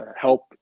help